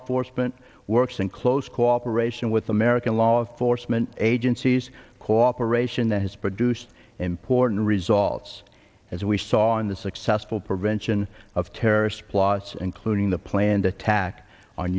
enforcement works in close cooperation with american law enforcement agencies cooperation that has produced important results as we saw in the successful prevention of terrorist plots including the planned attack on